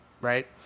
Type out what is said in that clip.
right